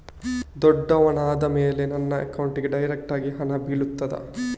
ದೊಡ್ಡವನಾದ ಮೇಲೆ ನನ್ನ ಅಕೌಂಟ್ಗೆ ಡೈರೆಕ್ಟ್ ಹಣ ಬೀಳ್ತದಾ?